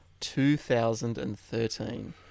2013